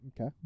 Okay